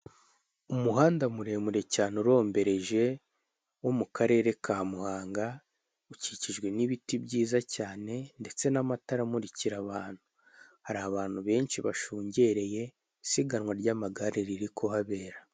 Umuhanda muremure cyane urombereje wo mu karere ka Muhanga ukikijwe n'ibiti byiza cyane ndetse n'amatara amurikira abantu, hari abantu benshi bashungereye isiganwa ry'amagare riri kuhabera.